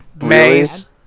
Maze